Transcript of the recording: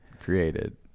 created